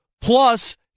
Plus